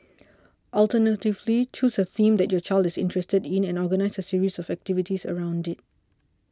alternatively choose a theme that your child is interested in and organise a series of activities around it